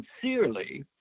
sincerely